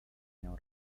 nią